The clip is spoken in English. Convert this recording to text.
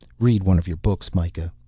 read one of your books, mikah,